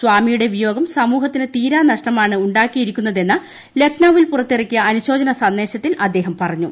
സ്വാമിയുടെ വിയോഗം സമൂഹത്തിന് തീരാനഷ്ടമാണ് ഉണ്ടാക്കിയിരിക്കുന്നതെന്ന് ലക്നൌവിൽ പുറത്തിറക്കിയ അനുശോചന സന്ദേശത്തിൽ അദ്ദേഹം പറഞ്ഞു